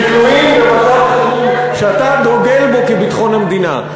שתלויים במצב חירום שאתה דוגל בו כביטחון המדינה.